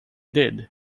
did